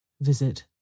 Visit